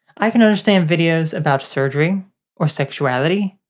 i can understand videos about surgery or sexuality,